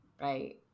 right